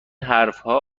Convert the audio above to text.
حرفها